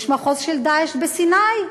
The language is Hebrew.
יש מחוז של "דאעש" בסיני.